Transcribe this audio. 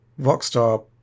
Rockstar